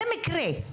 זה מקרה,